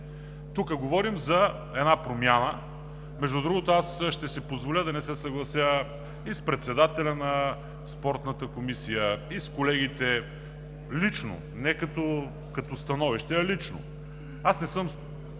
тук говорим за една промяна. Между другото, ще си позволя да не се съглася и с председателя на Спортната комисия, и с колегите лично – не като становище, а лично. Аз не съм